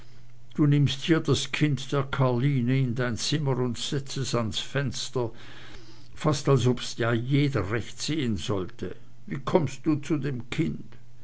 du nimmst hier das kind der karline in dein zimmer und setzt es ans fenster fast als ob's da jeder so recht sehn sollte wie kommst du zu dem kind